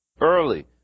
early